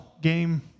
game